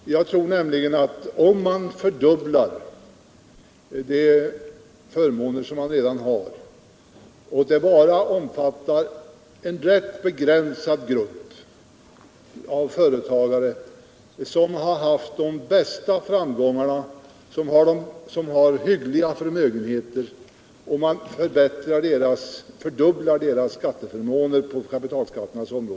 Om man fördubblar de skattefömåner på kapitalbeskattningens område som redan finns, och den förändringen bara omfattar en rätt begränsad grupp av företagare som har haft de största framgångarna och som har hyggliga förmögenheter — då vågar jag påstå att det är dramatiska förändringar.